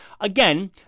again